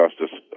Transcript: Justice